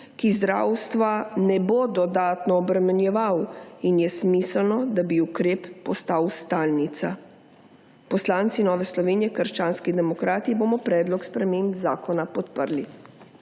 ki zdravstva ne bo dodatno obremenjeval, in je smiselno, da bi ukrep postal stalnica. Poslanci Nove Slovenije – Krščanskih demokratov bomo predlog sprememb zakona podprli.